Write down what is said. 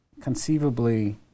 conceivably